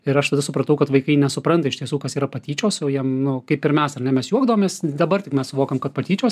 ir aš supratau kad vaikai nesupranta iš tiesų kas yra patyčios o jiem nu kaip ir mes ar ne mes juokdavomės dabar tik mes suvokiam kad patyčios